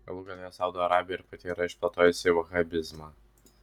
galų gale saudo arabija ir pati yra išplėtojusi vahabizmą